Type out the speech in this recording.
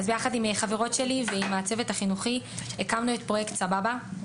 יחד עם כמה חברות הקמנו עם הצוות החינוכי את פרויקט "סבבה".